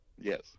yes